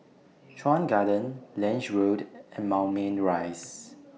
Chuan Garden Lange Road and Moulmein Rise